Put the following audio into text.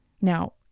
Now